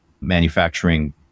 manufacturing